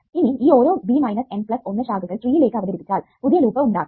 ഇനി ഈ ഓരോ B മൈനസ് N പ്ലസ് 1 ശാഖകൾ ട്രീയിലേക്ക് അവതരിപ്പിച്ചാൽ പുതിയ ലൂപ്പ് ഉണ്ടാക്കാം